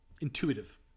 intuitive